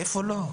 איפה לא?